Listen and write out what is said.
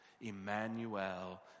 Emmanuel